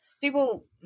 People